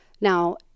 Now